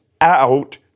out